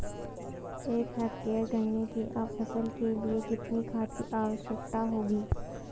एक हेक्टेयर गन्ने की फसल के लिए कितनी खाद की आवश्यकता होगी?